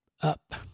up